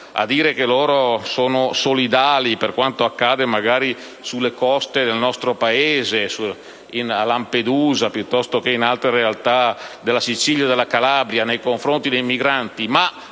a dire che loro sono solidali per quanto accade magari sulle coste del nostro Paese, a Lampedusa o in altre realtà della Sicilia e della Calabria, nei confronti dei migranti,